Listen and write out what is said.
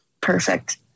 perfect